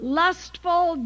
lustful